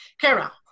Kara